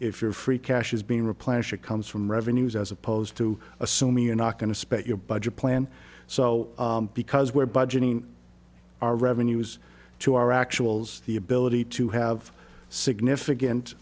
if your free cash is being replenished it comes from revenues as opposed to assuming you're not going to spend your budget plan so because we're budgeting our revenues to our actual it's the ability to have significant